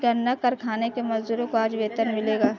गन्ना कारखाने के मजदूरों को आज वेतन मिलेगा